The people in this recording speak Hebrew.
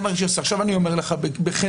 עכשיו אני אומר לך בכנות,